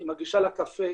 היא מגישה לה קפה,